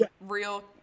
real